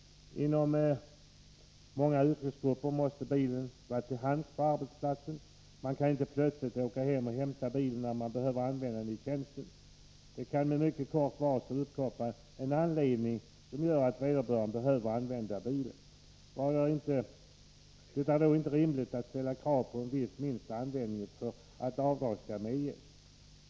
Inom många yrkesgrupper måste man ha bilen till hands på arbetsplatsen. Man kan inte åka hem och hämta bilen när man plötsligt behöver använda den i tjänsten. Det kan med mycket kort varsel uppkomma en situation som gör att vederbörande måste använda sin bil. Det är då inte rimligt att ställa krav på viss minsta användning av bilen för att avdrag skall medges.